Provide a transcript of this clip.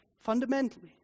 fundamentally